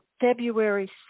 February